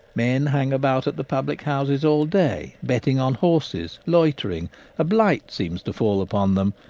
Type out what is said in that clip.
men hang about at the public-houses all day, betting on horses, loitering a blight seems to fall upon them,